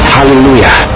Hallelujah